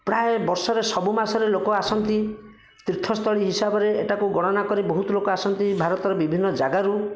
ପ୍ରାୟ ବର୍ଷରେ ସବୁ ମାସରେ ଲୋକ ଆସନ୍ତି ତୀର୍ଥସ୍ଥଳୀ ହିସାବରେ ଏହିଟାକୁ ଗଣନା କରି ବହୁତ ଲୋକ ଆସନ୍ତି ଭାରତର ବିଭିନ୍ନ ଜାଗାରୁ